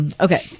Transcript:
Okay